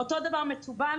אותו דבר מטובלו,